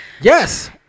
Yes